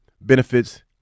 benefits